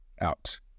out